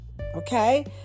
okay